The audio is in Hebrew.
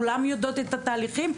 כולן יודעות מה התהליכים,